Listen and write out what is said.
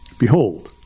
Behold